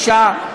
אישה,